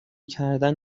کردن